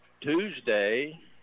Tuesday